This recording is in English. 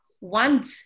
want